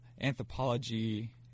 anthropology